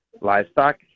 livestock